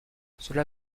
cela